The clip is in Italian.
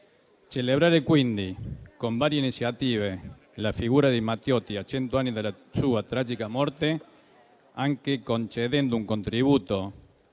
celebrazione, dunque, con varie iniziative, della figura di Matteotti a cento anni dalla sua tragica morte, anche concedendo un contributo